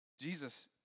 Jesus